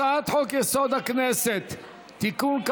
הצעת חוק-יסוד: הכנסת (תיקון,